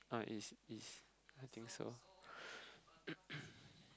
uh it's it's I think so